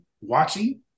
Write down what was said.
watching